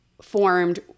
formed